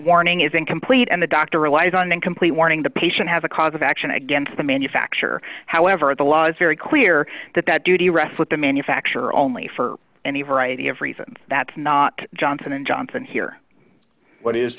warning is incomplete and the doctor relies on incomplete warning the patient has a cause of action against the manufacturer however the law is very clear that that duty rest with the manufacturer only for any variety of reasons that's not johnson and johnson here what is